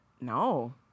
no